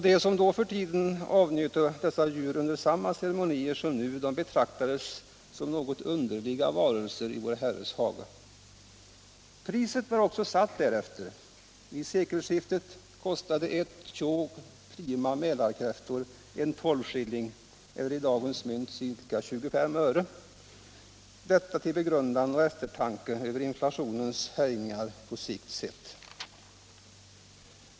De som då för tiden avnjöt dessa djur under samma ceremonier som nu betraktades som något underliga varelser i vår Herres hage. Priset var också satt därefter. Vid sekelskiftet kostade ett tjog prima Mälarkräftor en tolvskilling eller i dagens mynt ca 25 öre — detta till begrundande och eftertanke över inflationens härjningar på sikt sett.